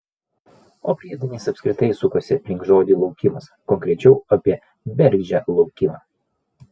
o priedainis apskritai sukosi aplink žodį laukimas konkrečiau apie bergždžią laukimą